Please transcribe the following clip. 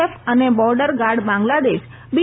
F અને border guard Bangladesh બી